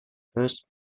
first